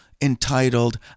entitled